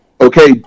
okay